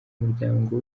umuryango